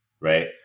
Right